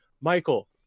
michael